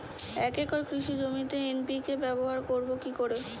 এক একর কৃষি জমিতে এন.পি.কে ব্যবহার করব কি করে?